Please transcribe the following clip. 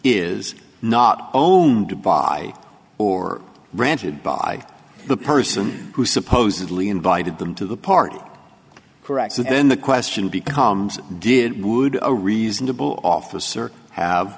is not owned by or granted by the person who supposedly invited them to the party correct so then the question becomes did would a reasonable officer have